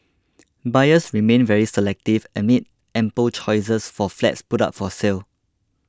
buyers remain very selective amid ample choices of flats put up for sale